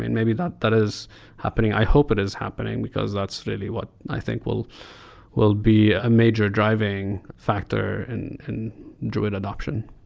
and maybe that that is happening. i hope it is happening because that's really what i think will will be a major driving factor and in druid adaption.